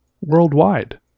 worldwide